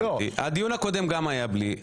גם הדיון הקודם היה בלי חוות דעת משפטית.